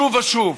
שוב ושוב.